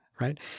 right